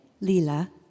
Lila